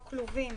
כלובים.